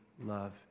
love